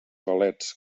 galets